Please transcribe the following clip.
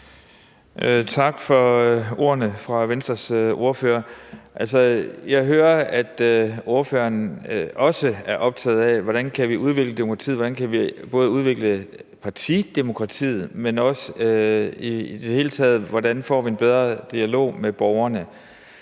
Tak for ordene fra Venstres ordfører. Altså, jeg hører, at ordføreren også er optaget af, hvordan vi kan udvikle demokratiet, hvordan vi kan udvikle partidemokratiet, men også hvordan vi i det hele taget får en bedre dialog med borgerne.